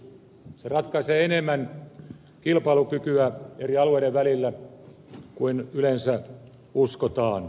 se ratkaisee enemmän kilpailukykyä eri alueiden välillä kuin yleensä uskotaan